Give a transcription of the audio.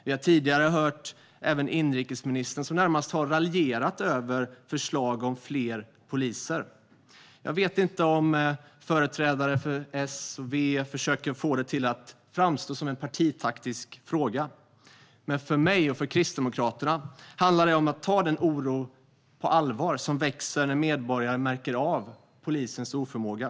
Vi har tidigare hört att inrikesministern närmast har raljerat över förslag om fler poliser. Jag vet inte om företrädare för S och V försöker få det att framstå som en partitaktisk fråga. För mig och för Kristdemokraterna handlar det om att ta den oro på allvar som växer när medborgare märker av polisens oförmåga.